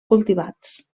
cultivats